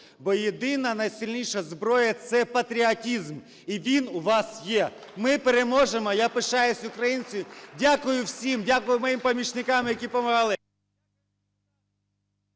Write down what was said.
бо єдина, найсильніша зброя – це патріотизм. І він у вас є. Ми переможемо! Я пишаюсь, українці! Дякую всім! Дякую моїм помічникам, які допомагали!